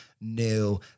new